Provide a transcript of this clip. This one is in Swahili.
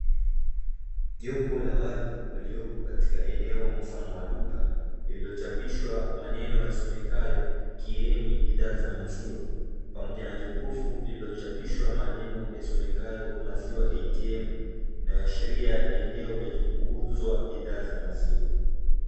Jopo la watu waliopo katika eneo mfano wa duka, lililochapishwa maneno yasomekayo: "Kieni bidhaa za maziwa", pamoja na jokofu lililochapishwa maneno yasomekayo: "maziwa atm", inayoashiria ni eneo lenye kuuzwa bidhaa za maziwa.